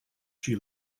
she